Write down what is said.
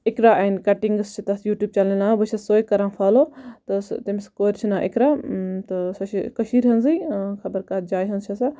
Iqra and cuttings چھ تتھ YouTube چَنلہِ ناو بہٕ چھَس سۄے کَران فالو تہٕ تٔمِس کورِ چھ ناو اِقرا تہٕ سۄ چھِ کٔشیٖر ہٕنٛزے خَبر کتھ جایہِ ہٕنٛز چھِ سۄ